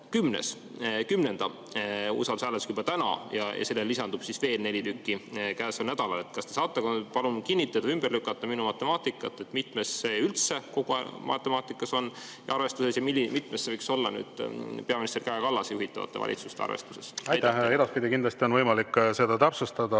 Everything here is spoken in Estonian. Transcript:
juba kümnenda usaldushääletusega täna, ja sellele lisandub veel neli tükki käesoleval nädalal. Kas te saate palun kinnitada või ümber lükata minu matemaatikat, mitmes see üldse matemaatilises arvestuses on ja mitmes see võiks olla peaminister Kaja Kallase juhitavate valitsuste arvestuses? Aitäh! Edaspidi kindlasti on võimalik seda täpsustada,